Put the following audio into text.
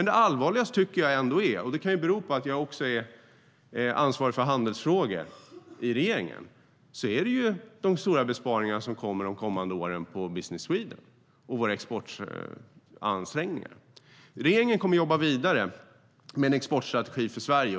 Det allvarligaste är ändå - och att jag tycker detta kan bero på att jag också är ansvarig för handelsfrågor i regeringen - de stora besparingarna på Business Sweden och våra exportansträngningar under de kommande åren. Regeringen kommer att jobba vidare med en exportstrategi för Sverige.